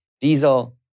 Diesel